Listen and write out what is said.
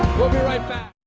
we'll be right back.